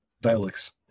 Dialects